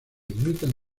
limitan